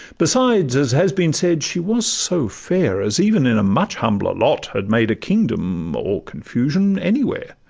besides, as has been said, she was so fair as even in a much humbler lot had made a kingdom or confusion anywhere,